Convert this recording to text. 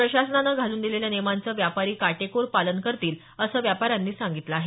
प्रशासनाने घालून दिलेल्या नियमांचं व्यापारी काटेकोर पालन करतील असं व्यापाऱ्यांनी सांगितलं आहे